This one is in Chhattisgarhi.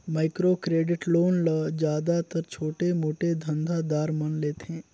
माइक्रो क्रेडिट लोन ल जादातर छोटे मोटे धंधा दार मन लेथें